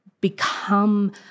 become